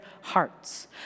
hearts